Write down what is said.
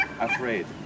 Afraid